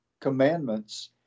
commandments